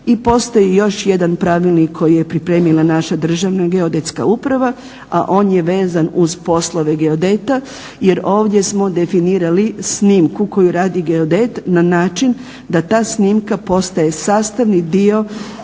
I postoji još jedan pravilnik koji je pripremila naša Državna geodetska uprava, a on je vezan uz poslove geodeta. Jer ovdje smo definirali snimku koju radi geodet na način da ta snimka postaje sastavni dio